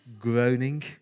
Groaning